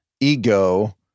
ego